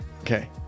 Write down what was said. Okay